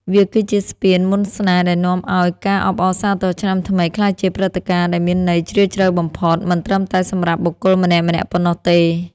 វាគឺជាស្ពានមន្តស្នេហ៍ដែលនាំឱ្យការអបអរសាទរឆ្នាំថ្មី ក្លាយជាព្រឹត្តិការណ៍ដែលមានន័យជ្រាលជ្រៅបំផុត មិនត្រឹមតែសម្រាប់បុគ្គលម្នាក់ៗប៉ុណ្ណោះទេ។